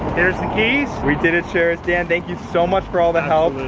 here's the keys. we did it sharers. dan, thank you so much for all the help.